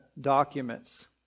documents